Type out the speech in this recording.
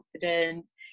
confidence